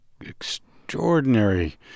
extraordinary